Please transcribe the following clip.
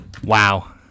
Wow